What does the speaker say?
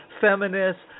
feminists